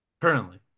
Currently